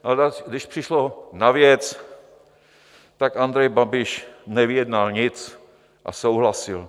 Ale když přišlo na věc, tak Andrej Babiš nevyjednal nic a souhlasil.